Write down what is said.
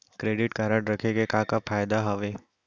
Credit card रखे के का का फायदा हवे?